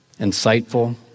insightful